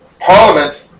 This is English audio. Parliament